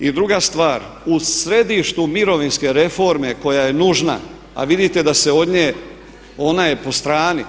I druga stvar u središtu mirovinske reforme koja je nužna, a vidite da se od nje, ona je po strani.